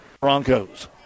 Broncos